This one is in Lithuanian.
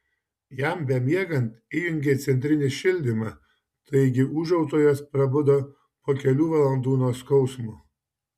jam bemiegant įjungė centrinį šildymą taigi ūžautojas prabudo po kelių valandų nuo skausmo